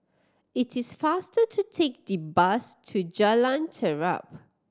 it is faster to take the bus to Jalan Terap